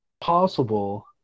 possible